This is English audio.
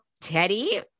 Teddy